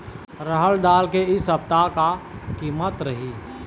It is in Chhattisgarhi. रहड़ दाल के इ सप्ता का कीमत रही?